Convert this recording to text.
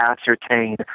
ascertain